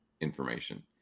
information